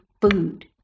food